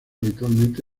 habitualmente